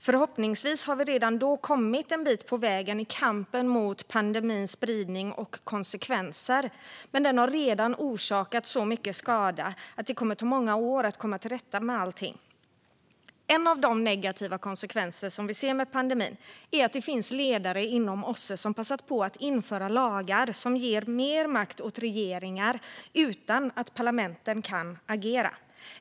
Förhoppningsvis har vi då redan kommit en bit på väg i kampen mot pandemins spridning och konsekvenser, men den har redan orsakat så mycket skada att det kommer att ta många år att komma till rätta med allt. En av de negativa konsekvenser vi ser av pandemin är att det finns ledare inom OSSE som har passat på att införa lagar som ger mer makt åt regeringar utan att parlamenteten kan agera.